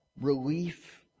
relief